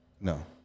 No